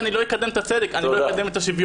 אני לא אקדם את הצדק, אני לא אקדם את השוויון.